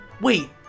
wait